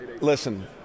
Listen